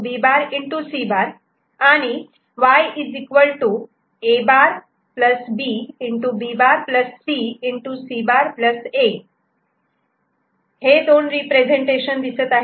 C'A इथे अजून एकाच ट्रूथ टेबल साठी हे दोन रिप्रेझेंटेशन दिसत आहेत